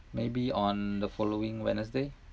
maybe on the following wednesday